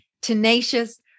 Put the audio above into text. tenacious